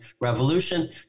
Revolution